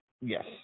Yes